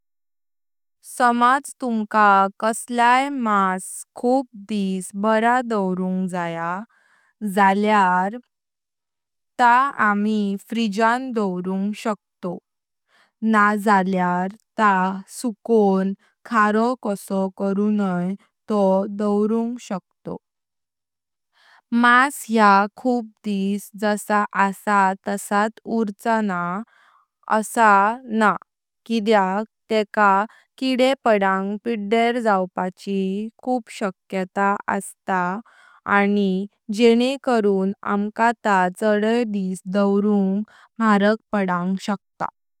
समज तुमका कसलाई मास खूप दीस बरं दोवरुंग जाया असता जाल्यार ता आम्ही फ्रिजान दोवरुंग शकतों। ना जाल्यार ता सुकों खरों कासो करूनाई तोह दोवरुंग शकतों। मास या खूप दीस जसा असा तसत ऊरटला असा नंहा किद्याक तेका किदे पादन पिडयर जाउपाचिय खूप शक्यता असता आणि जेनें करुन आमका टा छडाई दीस दोवरुंग मारक पडंग शकता।